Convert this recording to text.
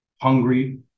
hungry